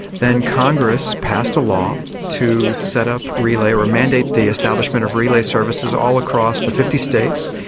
then congress passed a law to set up relay, or mandate the establishment of relay services all across the fifty states,